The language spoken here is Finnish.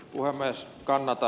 nurmes kannata